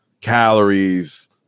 calories